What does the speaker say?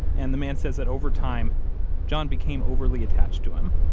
and the man says that over time john became overly attached to him.